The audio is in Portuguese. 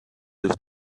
seus